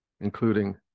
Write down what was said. including